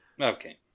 okay